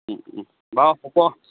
বাৰু হ'ব